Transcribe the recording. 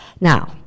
Now